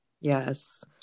Yes